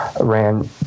ran